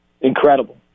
incredible